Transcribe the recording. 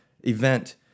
event